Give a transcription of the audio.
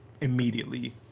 immediately